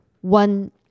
one